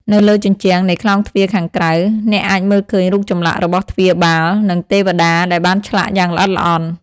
នៅលើជញ្ជាំងនៃក្លោងទ្វារខាងក្រៅ អ្នកអាចមើលឃើញរូបចម្លាក់របស់ទ្វារបាល និងទេវតាដែលបានឆ្លាក់យ៉ាងល្អិតល្អន់។